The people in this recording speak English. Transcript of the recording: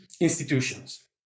institutions